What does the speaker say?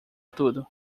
tudo